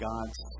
Gods